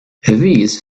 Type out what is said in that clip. these